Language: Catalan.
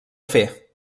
fer